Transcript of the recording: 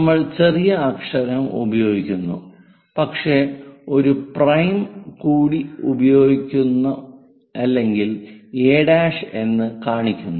നമ്മൾ ചെറിയ അക്ഷരം a ഉപയോഗിക്കുന്നു പക്ഷേ ഒരു പ്രൈം കൂടി ഉപയോഗിക്കുന്നു അല്ലെങ്കിൽ a' എന്ന് കാണിക്കുന്നു